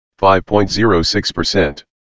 5.06%